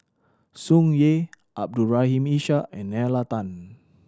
Tsung Yeh Abdul Rahim Ishak and Nalla Tan